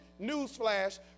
Newsflash